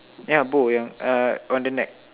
yeah bow yeah uh around the neck